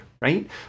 right